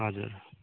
हजुर